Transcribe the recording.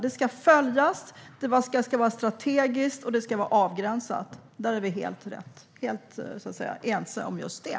Det ska följas, det ska vara strategiskt och det ska vara avgränsat. Vi är helt ense om just det.